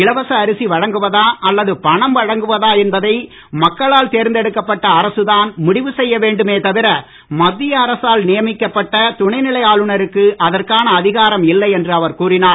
இலவச அரிசி வழங்குவதா அல்லது பணம் வழங்குவதா என்பதை மக்களால் தேர்ந்தெடுக்கப்பட்ட அரசுதான் முடிவு செய்ய வேண்டுமே தவிர மத்திய அரசால் நியமிக்கப்பட்டதுணைநிலை ஆளுநருக்கு அதற்கான அதிகாரம் இல்லை என்று அவர் கூறினார்